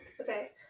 Okay